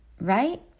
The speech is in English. right